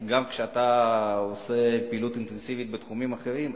כי כשאתה עושה פעילות אינטנסיבית בתחומים אחרים,